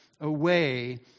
away